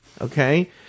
okay